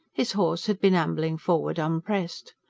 his horse had been ambling forward unpressed.